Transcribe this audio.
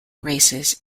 races